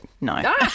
no